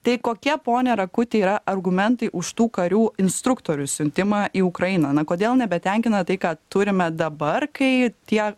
tai kokie pone rakuti yra argumentai už tų karių instruktorių siuntimą į ukrainą na kodėl nebetenkina tai ką turime dabar kai tie